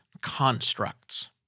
constructs